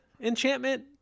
enchantment